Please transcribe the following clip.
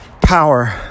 power